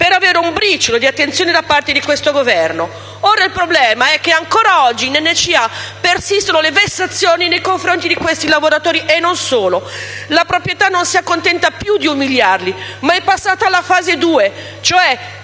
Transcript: per avere un briciolo di attenzione da parte di questo Governo. Ora il problema è che ancora ad oggi nella società NCA persistono le vessazioni nei confronti di questi lavoratori. Non solo, la proprietà non si accontenta più di umiliarli, ma è passata alla fase 2,